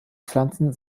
pflanzen